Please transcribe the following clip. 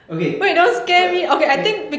okay err